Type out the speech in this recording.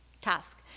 task